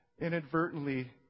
inadvertently